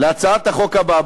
להצעת החוק הבאה.